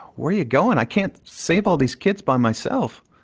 where are you going? i can't save all these kids by myself.